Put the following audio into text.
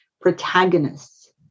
protagonists